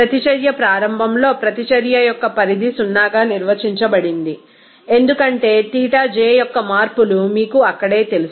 ప్రతిచర్య ప్రారంభంలో ప్రతిచర్య యొక్క పరిధి 0 గా నిర్వచించబడింది ఎందుకంటే ξj యొక్క మార్పులు మీకు అక్కడే తెలుసు